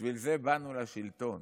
בשביל זה באנו לשלטון,